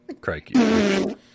Crikey